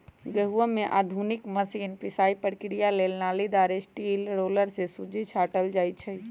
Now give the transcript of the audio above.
गहुँम के आधुनिक मशीन पिसाइ प्रक्रिया से नालिदार स्टील रोलर से सुज्जी छाटल जाइ छइ